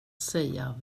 säga